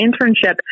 internship